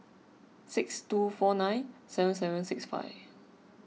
six two four nine seven seven six five